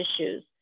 issues